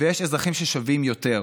ויש אזרחים ששווים יותר.